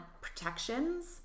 protections